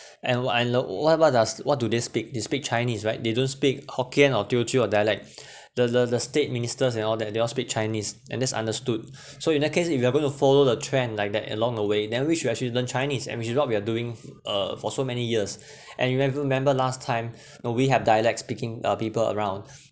and what I look what about does what do they speak they speak chinese right they don't speak hokkien or teochew or dialect the the the state ministers and all that they all speak chinese and that's understood so in that case if you are going to follow the trend like that along the way then we should actually learn chinese and which is not we are doing uh for so many years and remember remember last time know we have dialects speaking uh people around